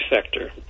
sector